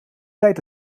tijd